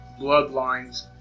bloodlines